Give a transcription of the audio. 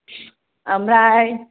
ओमफ्राय